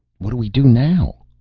what do we do now?